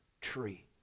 tree